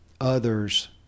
others